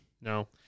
No